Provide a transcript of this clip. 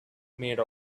made